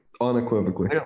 unequivocally